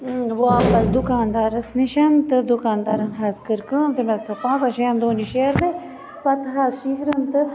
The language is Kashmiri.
واپس دُکاندارس نِشن تہٕ دُکاندارن حظ کٔر کٲم تمہِ حظ تھٲو پانٛژن شٮ۪ن دۄہن یہِ شیرنے پتہٕ حظ شِہٕرنۍ تہٕ